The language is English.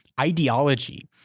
ideology